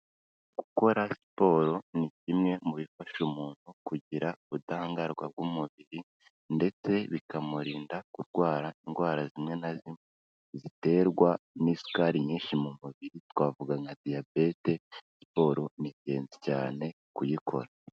Gukora siporo ni kimwe mu bifasha umuntu kugira ubudahangarwa bw'umubiri ndetse bikamurinda kurwara indwara zimwe na zimwe ziterwa n'isukari nyinshi mu mubiri, twavuga nka diyabete, siporo ni ingenzi cyane kuyikora.